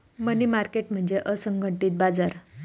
मनी market म्हणजे असंघटित बाजार